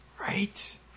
Right